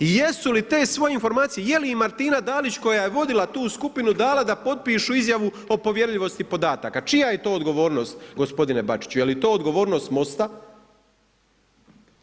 Jesu li te svoje informacije, je li im Martina Dalić koja je vodila tu skupinu, dala da potpišu izjavu o povjerljivosti podataka, čija je to odgovornost, gospodine Bačiću, je li to odgovornost MOST-a?